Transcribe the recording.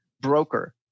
broker